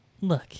look